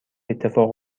اتفاق